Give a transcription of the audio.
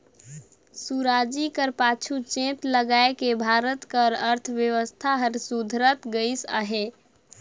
सुराजी कर पाछू चेत लगाएके भारत कर अर्थबेवस्था हर सुधरत गइस अहे